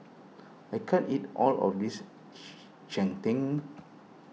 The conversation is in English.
I can't eat all of this Cheng Tng